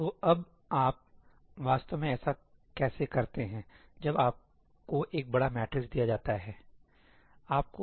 तो अब आप वास्तव में ऐसा कैसे करते हैं जब आपको एक बड़ा मैट्रिक्स दिया जाता हैसही